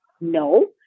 no